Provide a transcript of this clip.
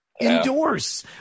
Endorse